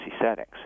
settings